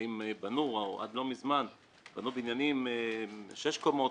עד לא מזמן בנו בניינים של שש קומות,